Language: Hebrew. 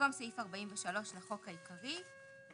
"במקום סעיף 43א לחוק העיקרי יבוא: